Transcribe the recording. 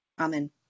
Amen